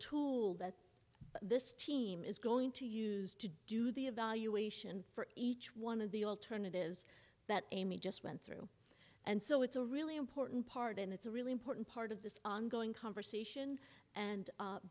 tool that this team is going to use to do the evaluation for each one of the alternatives that amy just went through and so it's a really important part and it's a really important part of this ongoing conversation and